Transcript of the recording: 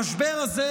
המשבר הזה,